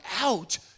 out